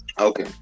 okay